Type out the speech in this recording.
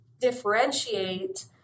differentiate